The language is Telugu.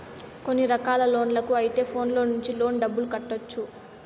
కొన్ని రకాల లోన్లకు అయితే ఫోన్లో నుంచి లోన్ డబ్బులు కట్టొచ్చు